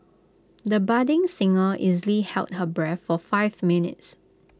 the budding singer easily held her breath for five minutes